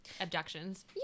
abductions